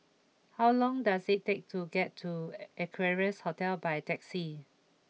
how long does it take to get to Equarius Hotel by taxi